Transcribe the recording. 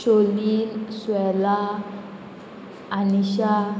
शोलीन स्वेला आनीशा